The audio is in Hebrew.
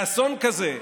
אסון כזה,